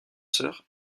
sœurs